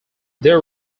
they